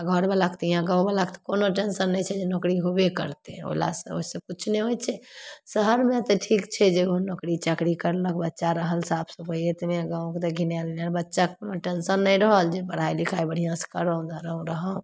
आओर घरवलाके तऽ हिआँ गामवलाके तऽ कोनो टेन्शन नहि छै जे नोकरी होबे करतै होलासे ओहिसे किछु नहि होइ छै शहरमे तऽ ठीक छै जे ओ नोकरी चाकरी करलक बच्चा रहल तऽ साफ सफैइअतमे गाम जकाँ घिनाएल बच्चाके कोनो टेन्शन नहि रहल जे पढ़ाइ लिखाइ बढ़िआँसे करोँ आओर रहौँ